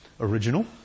original